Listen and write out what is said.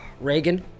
Reagan